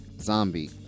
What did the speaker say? Zombie